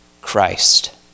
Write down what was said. Christ